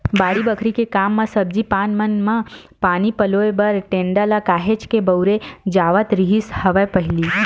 बाड़ी बखरी के काम म सब्जी पान मन म पानी पलोय बर टेंड़ा ल काहेच के बउरे जावत रिहिस हवय पहिली